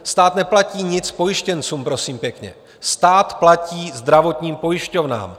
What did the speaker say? Stát neplatí nic pojištěncům, prosím pěkně, stát platí zdravotním pojišťovnám.